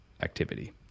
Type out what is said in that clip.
activity